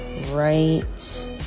right